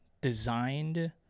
designed